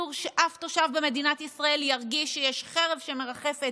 אסור שאף תושב במדינת ישראל ירגיש שיש חרב שמרחפת